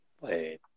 Wait